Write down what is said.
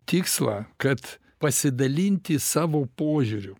tikslą kad pasidalinti savo požiūriu